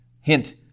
Hint